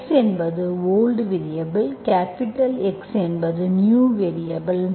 x என்பது old variable capital X என்பது new variable